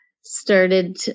started